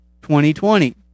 2020